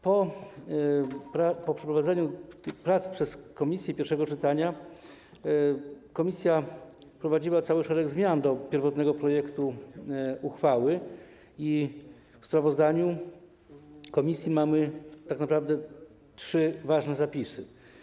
Po przeprowadzeniu przez komisję pierwszego czytania komisja wprowadziła cały szereg zmian do pierwotnego projektu uchwały i w sprawozdaniu komisji mamy tak naprawdę trzy ważne zapisy.